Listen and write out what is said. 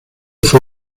fue